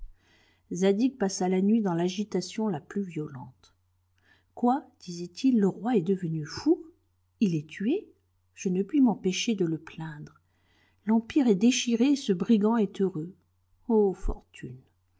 passa la nuit dans l'agitation la plus violente quoi disait-il le roi est devenu fou il est tué je ne puis m'empêcher de le plaindre l'empire est déchiré et ce brigand est heureux ô fortune